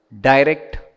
direct